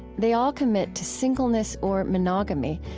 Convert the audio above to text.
they all commit to singleness or monogamy,